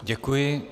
Děkuji.